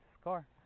score